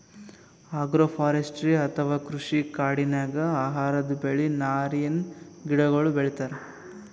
agroforestry ಅಥವಾ ಕೃಷಿ ಕಾಡಿನಾಗ್ ಆಹಾರದ್ ಬೆಳಿ, ನಾರಿನ್ ಗಿಡಗೋಳು ಬೆಳಿತಾರ್